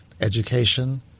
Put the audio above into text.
education